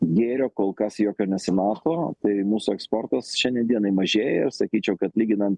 gėrio kol kas jokio nesimato tai mūsų eksportas šiandien dienai mažėja ir sakyčiau kad lyginant